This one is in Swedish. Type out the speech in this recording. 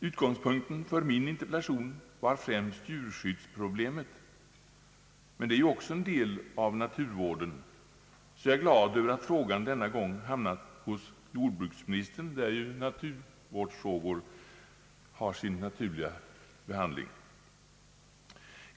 Utgångspunkten för min interpellation var främst djurskyddsproblemet, men det är ju också en del av naturvården, så jag är glad över att frågan denna gång hamnat hos jordbruksministern, där ju naturvårdsfrågor har sin naturliga hemort.